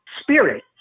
spirit